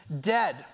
dead